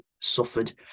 suffered